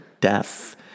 death